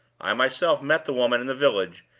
i myself met the woman in the village,